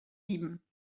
sieben